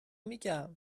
میگم